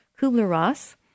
Kubler-Ross